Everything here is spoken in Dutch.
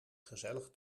gezellig